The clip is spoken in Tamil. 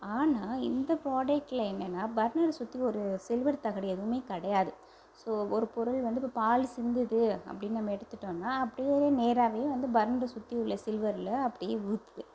ஆனால் இந்த ப்ராடக்ட்ல என்னென்னா பர்னரை சுற்றி ஒரு சில்வர் தகடு எதுவுமே கிடையாது ஸோ ஒரு பொருள் வந்து இப்போ பால் சிந்துது அப்படின்னு நம்ம எடுத்துட்டோம்னா அப்படியே நேராகவே வந்து பர்னரை சுற்றி உள்ள சில்வர்ல அப்படியே ஊற்றுது